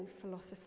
philosopher